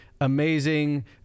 amazing